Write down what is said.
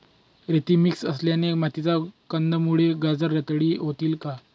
रेती मिक्स असलेल्या मातीत कंदमुळे, गाजर रताळी होतील का?